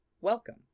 welcome